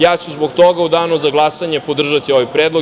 Ja ću zbog toga u danu za glasanje podržati ovaj predlog.